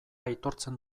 aitortzen